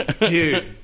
Dude